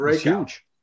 huge